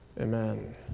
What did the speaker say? Amen